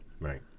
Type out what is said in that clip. right